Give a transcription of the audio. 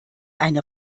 eine